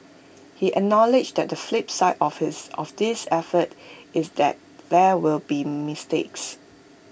he acknowledged that the flip side office of this effort is that there will be mistakes